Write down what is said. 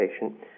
patient